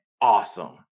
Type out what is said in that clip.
awesome